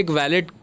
valid